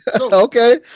Okay